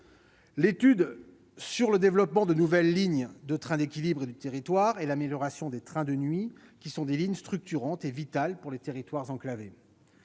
l'étude du développement de nouvelles lignes de trains d'équilibre du territoire et celle de l'amélioration des trains de nuit- les lignes concernées sont des lignes structurantes et vitales pour les territoires enclavés